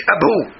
Abu